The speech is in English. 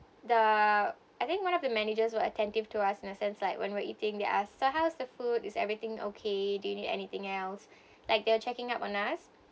the I think one of the managers were attentive to us in a sense like when we're eating they ask so how's the food is everything okay do you need anything else like they're checking up on us